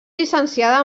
llicenciada